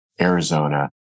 Arizona